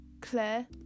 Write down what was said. Claire